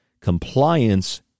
Compliance